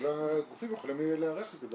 כל הגופים יכולים להיערך לזה.